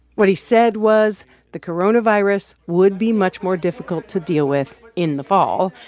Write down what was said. what he said was the coronavirus would be much more difficult to deal with in the fall.